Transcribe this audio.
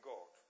God